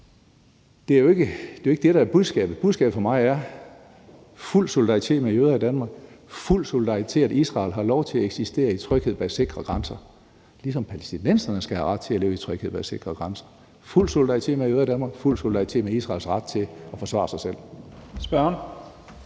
Det er jo ikke det, der er budskabet. Budskabet for mig er: fuld solidaritet med jøder i Danmark og fuld solidaritet med, at Israel har lov til at eksistere i tryghed bag sikre grænser, ligesom palæstinenserne skal have ret til at leve i tryghed bag sikre grænser. Det er fuld solidaritet med jøder i Danmark og fuld solidaritet med Israels ret til at forsvare sig selv.